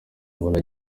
nyuma